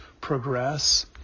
progress